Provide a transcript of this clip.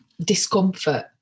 discomfort